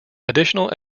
additional